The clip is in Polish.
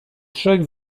trzech